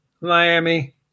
Miami